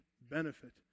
benefit